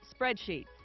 Spreadsheets